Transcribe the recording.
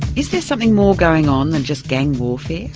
is there something more going on than just gang warfare?